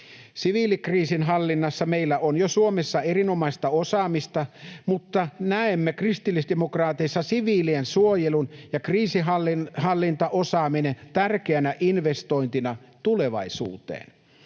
Siviilikriisinhallinnassa meillä on jo Suomessa erinomaista osaamista, mutta näemme kristillisdemokraateissa siviilien suojelun ja kriisinhallintaosaamisen tärkeänä investointina tulevaisuuteen.